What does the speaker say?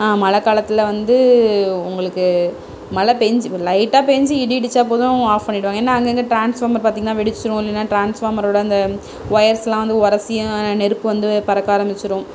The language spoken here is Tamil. மழை காலத்தில் வந்து உங்களுக்கு மழைப் பேய்ஞ்சி ஒரு லைட்டாக பேய்ஞ்சி இடி இடித்தா போதும் ஆஃப் பண்ணிவிடுவாங்க ஏன்னா அங்கே அங்கே ட்ரான்ஸ்ஃபார்மர் பார்த்தீங்கன்னா வெடிச்சிடும் இல்லைன்னா ட்ரான்ஸ்ஃபார்மரோடய அந்த ஒயர்லாம் வந்து உரசி நெருப்பு வந்து பறக்க ஆரம்மிச்சிடும்